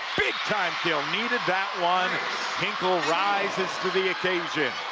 big time kill needed that one hinkle rises to the occasion.